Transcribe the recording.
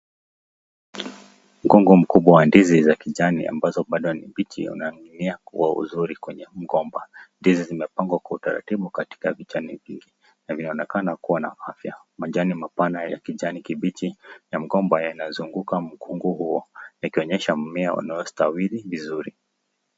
Mgomba mkubwa wa ndizi za kijani ambazo bado ni mbichi unaashiria kuwa mzuri kwenye mgomba ndizi zimepangwa kwa utaratibu katika picha nyingine na vinaonekana kuwa na afya ,majani mapana ya kijani kibichi ya mkoa inazunguka mgomba huo yakionyesha mumeo anayostawiri vizuri.